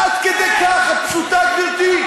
עד כדי כך את פשוטה, גברתי?